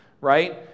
right